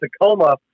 Tacoma